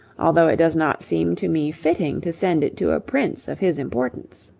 although it does not seem to me fitting to send it to a prince of his importance